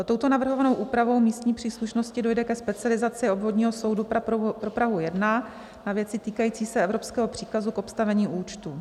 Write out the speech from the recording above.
Touto navrhovanou úpravou místní příslušnosti dojde ke specializaci obvodního soudu pro Prahu 1 na věci týkající se evropského příkazu k obstavení účtu.